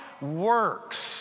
works